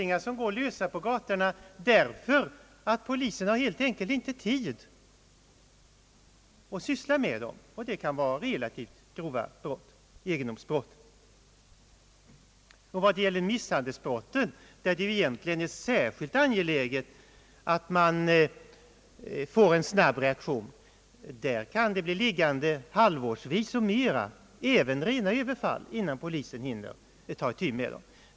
När det gäller misshandelsbrotten, där det ju är särskilt angeläget att man får en snabb reaktion, kan utredningen bli liggande halvårsvis och mera — det kan även gälla rena överfall — innan polisen hinner ta itu med dem.